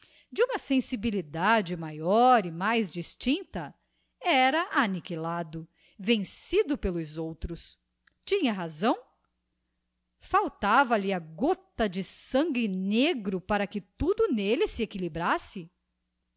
de uma sensibilidade maior e mais distincta era anniquilado vencido pelos outros tinha razão faltava-lhe a gotta de sangue negro para que tudo n'elle se equilibrasse vê